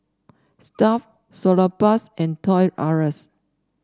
Stuff'd Salonpas and Toys R Us